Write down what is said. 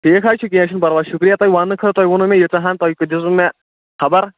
ٹھیٖک حظ چھُ کیٚنٛہہ چھُنہٕ پرواے شُکُریہ تۅہہِ وَننہٕ خٲطرِ تۅہہِ ووٚنوٕ مےٚ ییٖژھاہَن تۅہہِ دِژوٕ مےٚ خبر